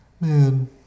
man